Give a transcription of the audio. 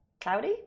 cloudy